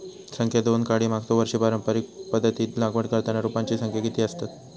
संख्या दोन काडी मागचो वर्षी पारंपरिक पध्दतीत लागवड करताना रोपांची संख्या किती आसतत?